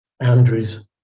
Andrew's